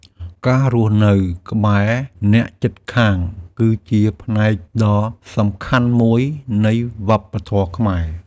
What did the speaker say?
ការរស់នៅក្បែរអ្នកជិតខាងគឺជាផ្នែកដ៏សំខាន់មួយនៃវប្បធម៌ខ្មែរ។